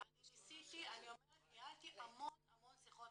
אני אומרת, ניסיתי וניהלתי המון שיחות.